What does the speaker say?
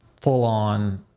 full-on